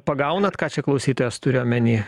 pagaunate ką čia klausytojas turi omeny